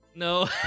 No